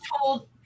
told